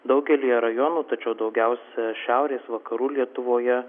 daugelyje rajonų tačiau daugiausiai šiaurės vakarų lietuvoje